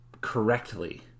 correctly